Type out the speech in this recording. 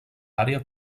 àrea